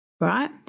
Right